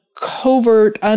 covert